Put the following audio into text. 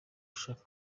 ashaka